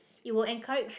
it will encourage